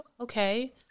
Okay